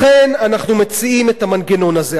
לכן, אנחנו מציעים את המנגנון הזה.